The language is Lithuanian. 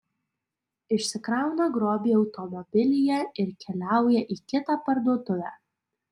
išsikrauna grobį automobilyje ir keliauja į kitą parduotuvę